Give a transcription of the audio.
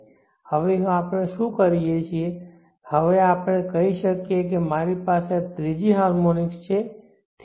હવે આપણે શું કરી શકીએ હવે આપણે કહી શકીએ કે મારી પાસે આ ત્રીજી હાર્મોનિક્સ છે ઠીક છે